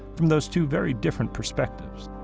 from those two very different perspectives.